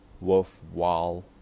worthwhile